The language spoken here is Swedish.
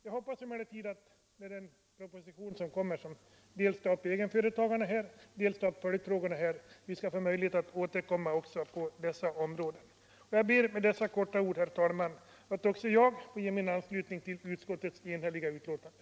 Jag hoppas emellertid att vi skall få återkomma i samband med behandlingen av den proposition som kommer om egenföretagarnas ställning och andra följdfrågor. Jag ber med dessa få ord, herr talman, att också jag få ge min anslutning till utskottets enhälliga betänkande.